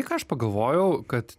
ką aš pagalvojau kad